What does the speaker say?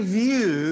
view